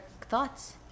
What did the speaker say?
thoughts